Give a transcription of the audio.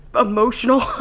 emotional